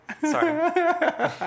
Sorry